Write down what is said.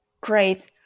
Great